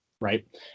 right